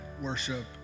worship